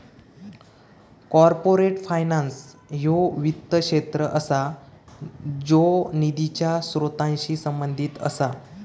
corporate finance ह्यो वित्त क्षेत्र असा ज्यो निधीच्या स्त्रोतांशी संबंधित असा